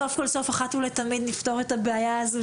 סוף סוף אחת ולתמיד נפתור את הבעיה הזו